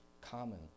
Common